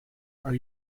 are